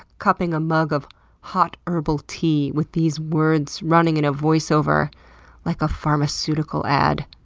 cupping a mug of hot, herbal tea with these words running in a voiceover like a pharmaceutical ad.